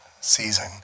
season